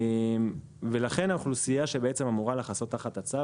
לכן האוכלוסייה שצריכה לחסות תחת הצו